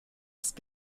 ist